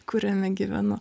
kuriame gyvenu